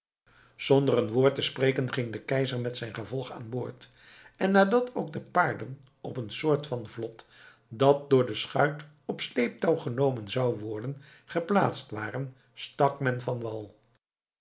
zonder een woord te spreken ging de keizer met zijn gevolg aan boord en nadat ook de paarden op een soort van vlot dat door de schuit op sleeptouw genomen zou worden geplaatst waren stak men van wal